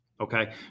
okay